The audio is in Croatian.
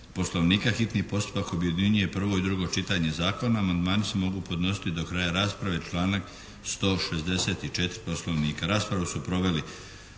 Poslovnika. Hitni postupak objedinjuje prvo i drugo čitanje zakona. Amandmani se mogu podnositi do kraja rasprave, članak 164. Poslovnika.